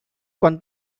quan